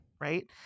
right